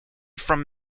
from